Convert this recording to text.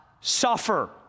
suffer